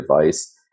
device